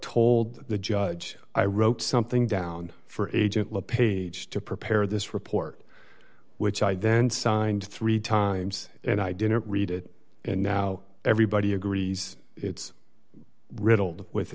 told the judge i wrote something down for agent le page to prepare this report which i then signed three times and i didn't read it and now everybody agrees it's riddled with